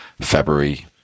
February